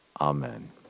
Amen